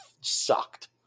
sucked